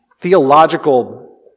theological